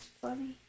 funny